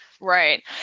Right